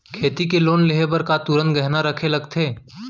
खेती के लोन लेहे बर का तुरंत गहना रखे लगथे?